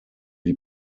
die